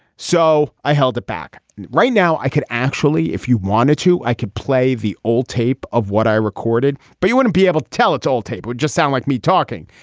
so i held it back right now. i could actually if you wanted to i could play the old tape of what i recorded but you wouldn't be able to tell it's old tape would just sound like me talking.